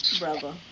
brother